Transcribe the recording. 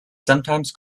sometimes